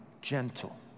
gentle